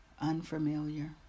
unfamiliar